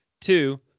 Two